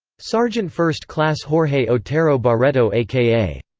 sergeant first class jorge otero barreto a k a.